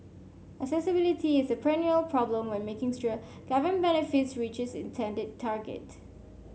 accessibility is a perennial problem when making sure government benefits reach its intended target